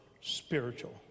spiritual